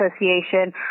Association